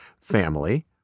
family